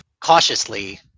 cautiously